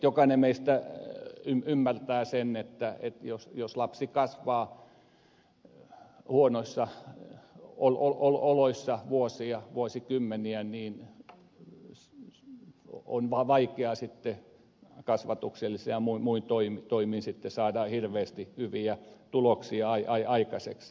jokainen meistä ymmärtää sen että jos lapsi kasvaa huonoissa oloissa vuosia vuosikymmeniä niin on vaikeaa sitten kasvatuksellisin ja muilla toimin sitten saada hirveästi hyviä tuloksia aikaiseksi